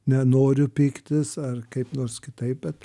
nenoriu pyktis ar kaip nors kitaip bet